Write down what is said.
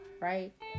right